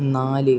നാല്